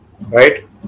right